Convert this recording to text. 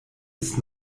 ist